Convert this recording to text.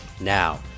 Now